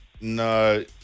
No